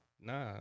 Nah